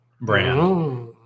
brand